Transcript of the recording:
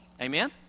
Amen